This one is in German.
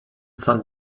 san